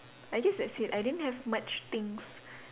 I guess that's it I didn't have much things